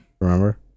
Remember